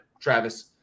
Travis